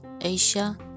Asia